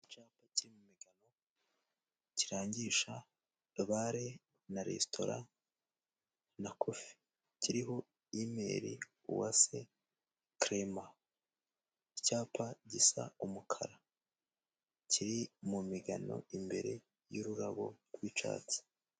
Icyapa cyo mu migano kirangisha bare na resitora na kofi, kiriho imeri uwase kerema. Icyapa gisa n'umukara kiri mu migano imbere y'ururabo rw'icyatsi.